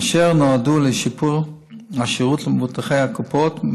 אשר נועדו לשיפור השירות למבוטחי הקופות,